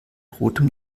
rotem